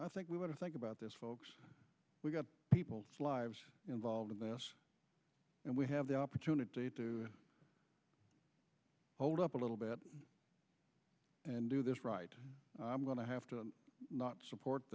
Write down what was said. i think we want to think about this folks we've got people's lives involved in this and we have the opportunity to hold up a little bit and do this right i'm going to have to not support